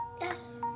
Yes